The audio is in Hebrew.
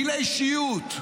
טילי שיוט,